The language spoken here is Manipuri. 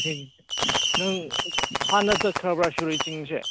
ꯅꯪ ꯍꯥꯟꯅ ꯆꯠꯈ꯭ꯔꯕ ꯁꯤꯔꯣꯏ ꯆꯤꯡꯁꯦ